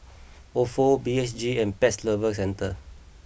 Ofo B H G and Pet Lovers Centre